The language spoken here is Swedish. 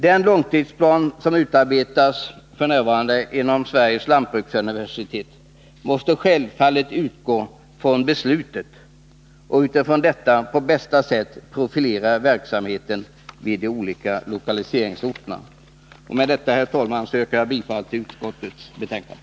Den långsiktsplan som f. n. utarbetas inom Sveriges lantbruksuniversitet måste självfallet utgå från det beslutet och utifrån detta på bästa sätt profilera verksamheten vid de olika lokaliseringsorterna. Med detta, herr talman, yrkar jag bifall till utskottets hemställan.